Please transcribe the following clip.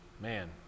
Man